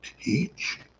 teach